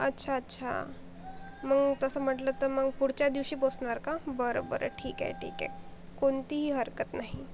अच्छा अच्छा मग तसं म्हटलं तर मग पुढच्यादिवशी पोहोचणार का बरं बरं ठीक आहे ठीक आहे कोणतीही हरकत नाही